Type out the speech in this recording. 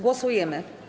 Głosujemy.